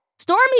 Stormy